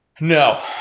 No